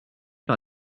par